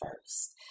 first